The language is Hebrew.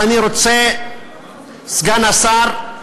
סגן השר,